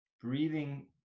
Breathing